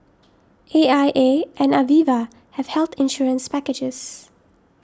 A I A and Aviva have health insurance packages